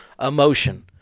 Emotion